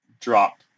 drop